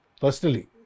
personally